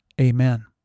Amen